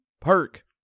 perk